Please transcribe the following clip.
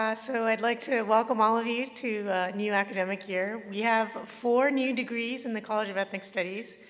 ah so i'd like to welcome all of you to a new academic year. we have four new degrees in the college of ethnic studies,